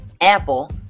Apple